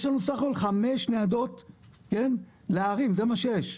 יש לנו בסך הכל חמש ניידות לערים, זה מה שיש.